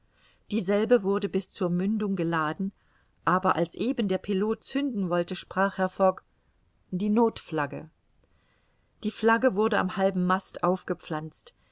dieselbe wurde bis zur mündung geladen aber als eben der pilot zünden wollte sprach herr fogg die nothflagge die flagge wurde am halben mast aufgepflanzt